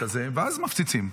ואז מפציצים.